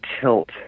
tilt